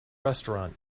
restaurant